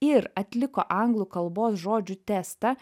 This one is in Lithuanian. ir atliko anglų kalbos žodžių testą